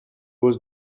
was